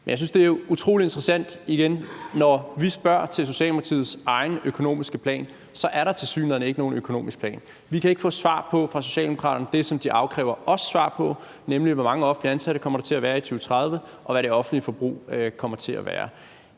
synes igen, at det er utrolig interessant, at når vi spørger til Socialdemokratiets egen økonomiske plan, er der tilsyneladende ikke nogen økonomisk plan. Vi kan ikke fra Socialdemokratiet få svar på det, som de afkræver os svar på, nemlig hvor mange offentligt ansatte der kommer til at være i 2030 og hvad det offentlige forbrug kommer til at være.